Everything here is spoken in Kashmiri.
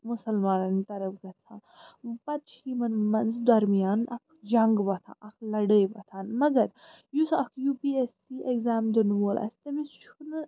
مُسلمانَن ہنٛدۍ طرف گژھان پَتہٕ چھِ یِمَن منٛز درمیان اَکھ جنٛگ وۄتھان اَکھ لَڑٲے وۄتھان مگر یُس اَکھ U P S C exam دِنہٕ وول آسہِ تٔمِس چھُنہٕ